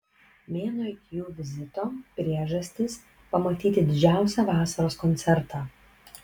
mėnuo iki jų vizito priežastys pamatyti didžiausią vasaros koncertą